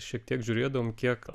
šiek tiek žiūrėdavom kiek